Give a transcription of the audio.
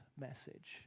message